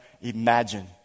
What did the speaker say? imagine